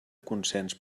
consens